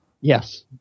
Yes